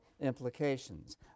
implications